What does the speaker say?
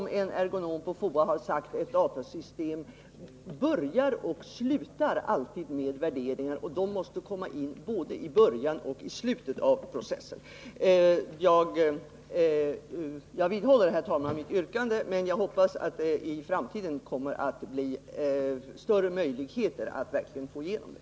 En ergonom på FOA har sagt: Ett datasystem börjar och slutar alltid med värderingar, och de måste komma in både i början och slutet av processen. Jag vidhåller mitt yrkande, herr talman, men jag hoppas att det i framtiden kommer att bli större möjligheter att verkligen få igenom det.